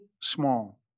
small